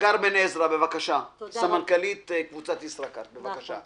הגר בן עזרא, סמנכ"לית קבוצת ישראכרט, בבקשה.